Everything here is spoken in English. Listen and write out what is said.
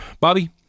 Bobby